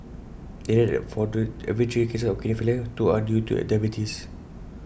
IT added that for every three cases of kidney failure two are due to diabetes